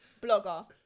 blogger